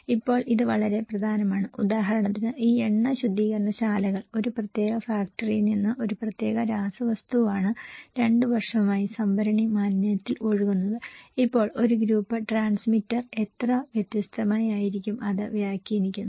ഇപ്പോൾ ഇത് വളരെ പ്രധാനമാണ് ഉദാഹരണത്തിന് ഈ എണ്ണ ശുദ്ധീകരണശാലകൾ ഒരു പ്രത്യേക ഫാക്ടറിയിൽ നിന്ന് ഒരു പ്രത്യേക രാസവസ്തുവാണ് രണ്ട് വർഷമായി സംഭരണി മാലിന്യത്തിൽ ഒഴുകുന്നത് ഇപ്പോൾ ഒരു ഗ്രൂപ്പ് ട്രാൻസ്മിറ്റർ എത്ര വ്യത്യസ്തമായി ആയിരിക്കും അത് വ്യാഖ്യാനിക്കുന്നത്